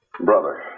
Brother